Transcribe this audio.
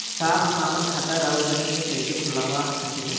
साहब हम आपन खाता राउर बैंक में कैसे खोलवा सकीला?